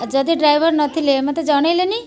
ଯଦି ଡ୍ରାଇଭର୍ ନଥିଲେ ମୋତେ ଜଣାଇଲେନି